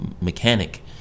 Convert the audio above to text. mechanic